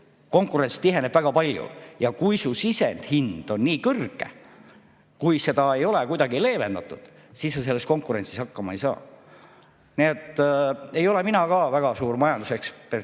konkurents tiheneb väga palju. Ja kui su sisendihind on nii kõrge, kui seda ei ole kuidagi leevendatud, siis sa selles konkurentsis hakkama ei saa. Ei ole mina ka väga suur majandusekspert ega